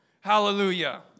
hallelujah